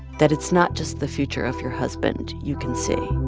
that it's not just the future of your husband you can see?